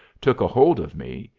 took a hold of me,